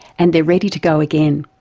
and they're ready to go again.